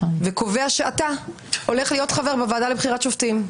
וקובע שאתה הולך להיות חבר בוועדה לבחירת שופטים.